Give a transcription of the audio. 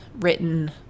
written